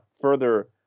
further